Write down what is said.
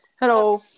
Hello